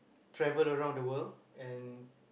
travel around the world and